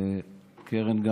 קרן,